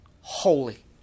holy